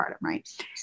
right